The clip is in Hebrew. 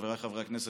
חבריי חברי הכנסת,